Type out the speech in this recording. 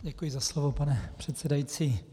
Děkuji za slovo, pane předsedající.